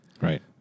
Right